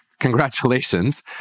Congratulations